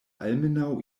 almenaŭ